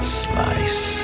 slice